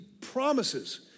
promises